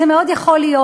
זה מאוד יכול להיות.